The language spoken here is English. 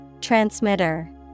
Transmitter